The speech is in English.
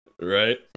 right